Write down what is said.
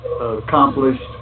accomplished